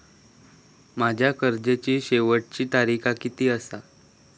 माझ्या कर्जाची शेवटची तारीख किती आसा?